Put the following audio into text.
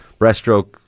breaststroke